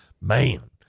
man